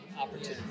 opportunity